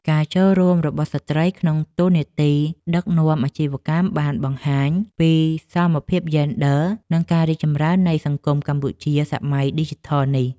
ការចូលរួមរបស់ស្ត្រីក្នុងតួនាទីដឹកនាំអាជីវកម្មបានបង្ហាញពីសមភាពយេនឌ័រ និងការរីកចម្រើននៃសង្គមកម្ពុជាសម័យឌីជីថលនេះ។